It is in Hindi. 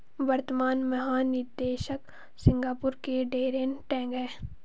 वर्तमान महानिदेशक सिंगापुर के डैरेन टैंग हैं